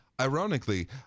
Ironically